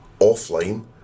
offline